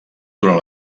durant